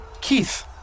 Keith